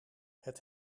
het